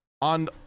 on